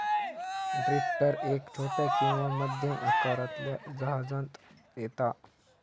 drifter एक छोट्या किंवा मध्यम आकारातल्या जहाजांत येता